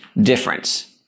difference